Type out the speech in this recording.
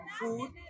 food